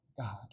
God